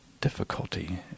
difficulty